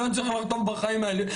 אני לא רוצה לראות אותם בחיים האלה,